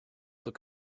look